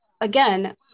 again